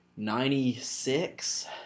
Ninety-six